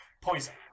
Poison